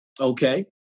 Okay